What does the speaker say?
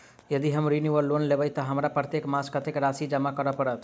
यदि हम ऋण वा लोन लेबै तऽ हमरा प्रत्येक मास कत्तेक राशि जमा करऽ पड़त?